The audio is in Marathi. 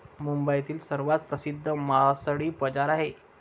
मुंबईतील सर्वात प्रसिद्ध मासळी बाजार आहे